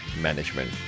management